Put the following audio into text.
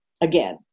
again